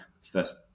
first